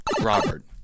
Robert